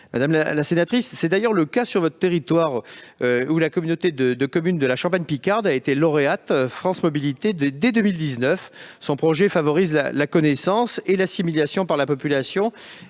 madame la sénatrice. Je rappelle en effet que la communauté de communes de la Champagne picarde a été lauréate France Mobilités dès 2019. Son projet favorise la connaissance et l'assimilation par la population